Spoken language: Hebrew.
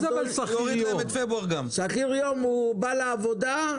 שכיר יום בא לעבודה,